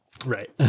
right